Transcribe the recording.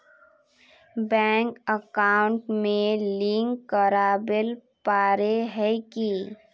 Bank account में link करावेल पारे है की?